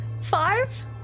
Five